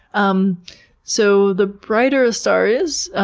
um so the brighter a star is,